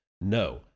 No